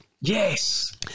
Yes